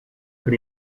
con